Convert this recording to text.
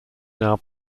now